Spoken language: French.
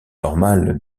normales